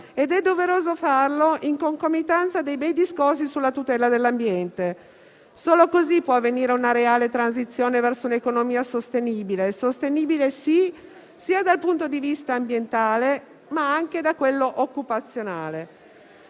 ed è doveroso farlo in concomitanza con i bei discorsi sulla tutela dell'ambiente. Solo così può avvenire una reale transizione verso un'economia sostenibile, sia dal punto di vista ambientale che da quello occupazionale.